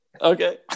Okay